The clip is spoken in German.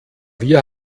wir